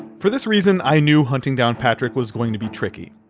for this reason, i knew hunting down patrick was going to be tricky.